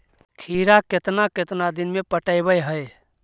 खिरा केतना केतना दिन में पटैबए है?